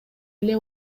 эле